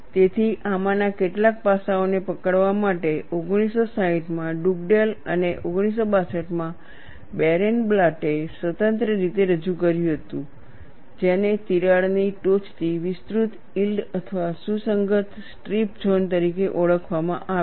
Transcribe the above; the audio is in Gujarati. તેથી આમાંના કેટલાક પાસાઓને પકડવા માટે 1960માં ડુગડેલ અને 1962માં બેરેનબ્લાટે સ્વતંત્ર રીતે રજૂ કર્યું હતું જેને તિરાડની ટોચથી વિસ્તૃત યીલ્ડ અથવા સુસંગત સ્ટ્રીપ ઝોન તરીકે ઓળખવામાં આવે છે